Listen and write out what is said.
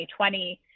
2020